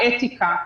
אתיקה,